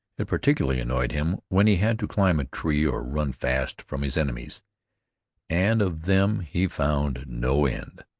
it particularly annoyed him when he had to climb a tree or run fast from his enemies and of them he found no end,